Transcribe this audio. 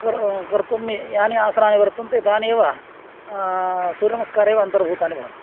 कर्तुं यानि आसनानि वर्तन्ते तान्येव सूर्यनमस्कारे अन्तर्भूतानि भवन्ति